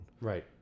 Right